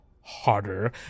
harder